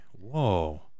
Whoa